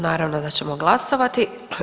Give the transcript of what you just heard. Naravno da ćemo glasovati.